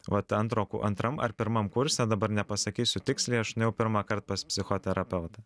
vat antro antram ar pirmam kurse dabar nepasakysiu tiksliai aš pirmąkart pas psichoterapeutą